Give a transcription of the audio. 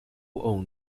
owned